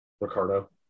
Ricardo